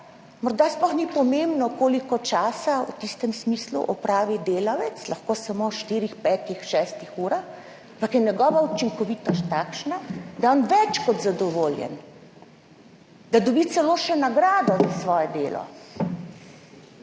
morda sploh ni pomembno, koliko časa v tem smislu porabi delavec, lahko samo štiri, pet, šest ur, ampak je njegova učinkovitost takšna, da je on več kot zadovoljen, da dobi še celo nagrado za svoje delo.